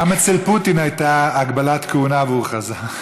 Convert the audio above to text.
גם אצל פוטין הייתה הגבלת כהונה והוא חזר.